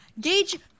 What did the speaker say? Gage